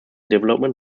development